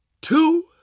two